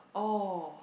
oh